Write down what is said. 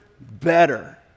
better